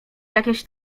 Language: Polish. jakieś